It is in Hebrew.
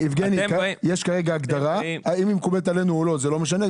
אם היא מקובלת עלינו או לא זה לא משנה.